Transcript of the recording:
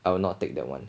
I will not take that one